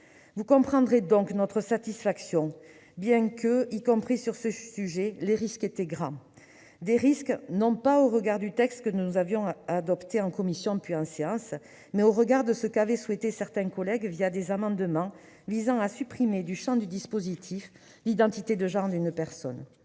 Vous comprendrez donc notre satisfaction. Certes, sur un tel sujet, les risques étaient grands, au regard non pas du texte que nous avions adopté en commission, puis en séance, mais de ce qu'avaient souhaité certains collègues des amendements visant à supprimer du champ du dispositif l'identité de genre d'une personne.